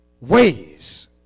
ways